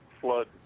flood